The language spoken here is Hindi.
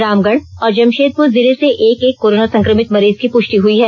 रामगढ़ और जमषेदपुर जिले से एक एक कोरोना संक्रमित मरीज की पुष्टि हुई है